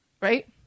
Right